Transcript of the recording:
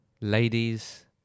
Ladies